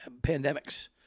pandemics